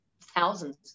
thousands